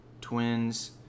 Twins